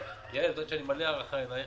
יעל, את יודעת שאני מלא הערכה אליך.